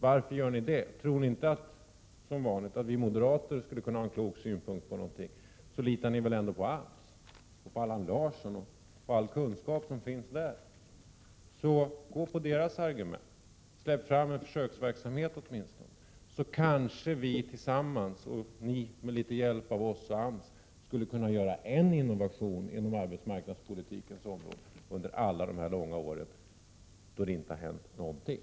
Varför gör ni det? Om ni som vanligt inte tror att vi moderater skulle kunna ha en klok synpunkt på någonting, borde ni väl i alla fall lita på AMS och Allan Larsson och all den kunskap som finns där samt på deras argument. Släpp åtminstone fram en försöksverksamhet, så kanske vi tillsammans — ni med litet hjälp av oss och AMS — skulle kunna åstadkomma en innovation på arbetsmarknadspolitikens område efter alla dessa år då det inte har hänt någonting.